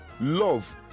love